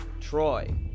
Troy